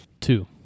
Two